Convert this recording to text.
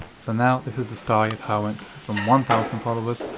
so, now this is the story of how i went from one thousand followers,